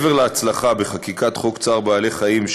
מעבר להצלחה בחקיקת חוק צער בעלי-חיים,